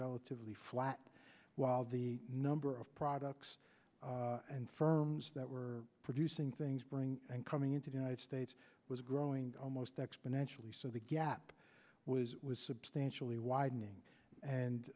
relatively flat while the number of products and firms that were producing things bring and coming into the united states was growing almost exponentially so the gap was was substantially widening and